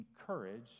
encourage